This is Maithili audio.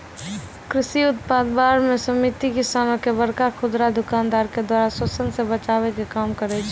कृषि उत्पाद बार समिति किसानो के बड़का खुदरा दुकानदारो के द्वारा शोषन से बचाबै के काम करै छै